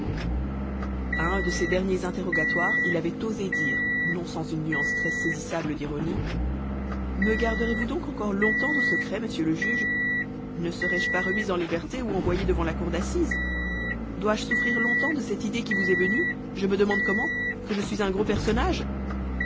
un de ses derniers interrogatoires il avait osé dire non sans une nuance très saisissable d'ironie me garderez vous donc encore longtemps au secret monsieur le juge ne serai-je pas remis en liberté ou envoyé devant la cour d'assises dois-je souffrir longtemps de cette idée qui vous est venue je me demande comment que je suis un gros personnage